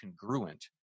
congruent